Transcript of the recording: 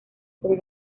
con